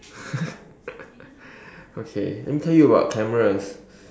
okay let me tell you about cameras